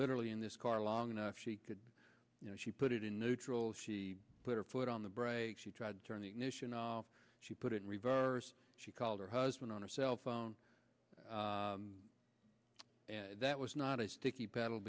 literally in this car long enough she could you know she put it in neutral she put her foot on the brake she tried to turn the ignition she put it in reverse she called her husband on her cell phone that was not a sticky p